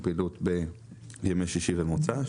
בימי שישי ומוצ"ש,